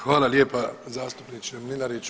Hvala lijepa zastupniče Mlinarić.